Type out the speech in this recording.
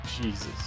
Jesus